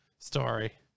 story